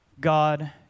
God